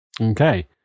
Okay